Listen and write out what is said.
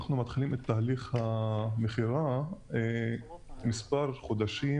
אנחנו מתחילים את תהליך המכירה מספר חודשים